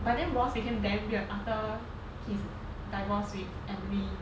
but then ross became damn weird after his divorce with emily